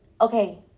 Okay